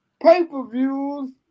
pay-per-views